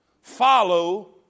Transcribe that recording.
Follow